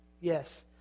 Yes